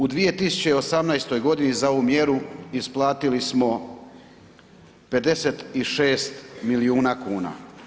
U 2018.g. za ovu mjeru isplatili smo 56 milijuna kuna.